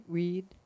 read